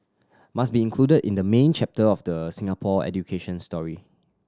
must be included in the main chapter of the Singapore education story